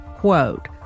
Quote